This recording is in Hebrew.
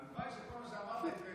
הלוואי שכל מה שאמרת יתקיים.